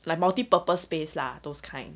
like multipurpose space lah those kind